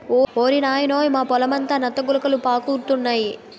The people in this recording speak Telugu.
ఓరి నాయనోయ్ మా పొలమంతా నత్త గులకలు పాకురుతున్నాయి